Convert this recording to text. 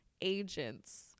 agents